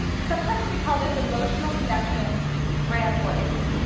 sometimes we call this emotional connection brand voice,